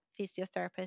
physiotherapist